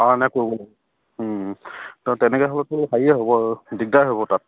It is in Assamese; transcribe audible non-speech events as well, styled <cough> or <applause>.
<unintelligible> তেনেকে হ'লেতো হেৰিয়ে হ'ব দিগদাৰ হ'ব তাত